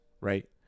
right